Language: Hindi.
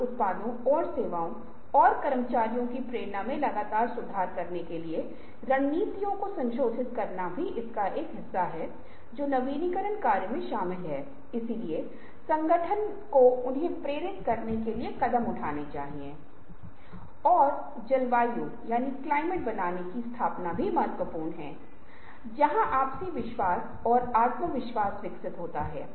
तो आप पाते हैं कि सिर्फ दो अलग अलग संदर्भों के बीच एक आकस्मिक संबंध बनाने से आप किसी ऐसी चीज से संबंध बनाने में सक्षम होते हैं जो एक संदर्भ में किसी चीज के साथ होती है जो एक अलग संदर्भ में होती है एक समानांतर और एक सादृश्य का उपयोग करती है